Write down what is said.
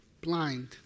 blind